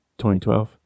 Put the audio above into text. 2012